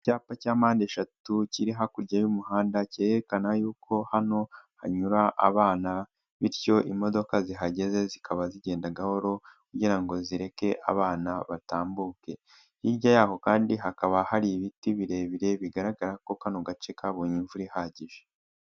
Icyapa cya mpande eshatu kiri hakurya y'umuhanda cyerekana yuko hano hanyura abana bityo imodoka zihageze zikaba zigenda gahoro kugira ngo zireke abana batambuke. Hirya yaho kandi hakaba hari ibiti birebire bigaragara ko kano gace kabonye imvura ihagije.